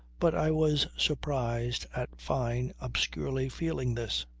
but i was surprised at fyne obscurely feeling this.